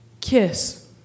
Kiss